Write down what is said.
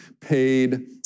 paid